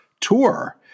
tour